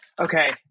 Okay